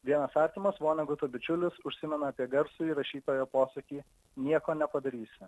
vienas artimas voneguto bičiulis užsimena apie garsųjį rašytojo posakį nieko nepadarysi